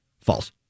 False